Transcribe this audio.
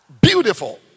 Beautiful